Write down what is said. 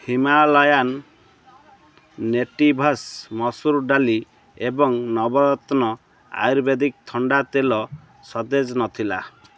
Himalayan Natives ମସୁର ଡାଲି ଏବଂ ନବରତ୍ନ ଆୟୁର୍ବେଦିକ ଥଣ୍ଡା ତେଲ ସତେଜ ନଥିଲା